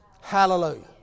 Hallelujah